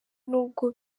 n’ubwo